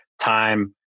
time